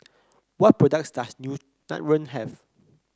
what products does Nutren have